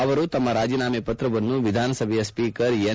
ಅವರು ತಮ್ನ ರಾಜೀನಾಮೆ ಪತ್ರವನ್ನು ವಿಧಾನಸಭೆಯ ಸ್ವೀಕರ್ ಎನ್